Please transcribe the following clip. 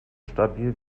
stabil